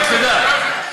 רק שתדע.